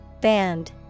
band